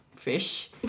fish